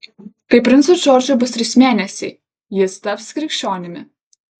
kai princui džordžui bus trys mėnesiai jis taps krikščionimi